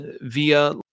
via